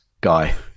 guy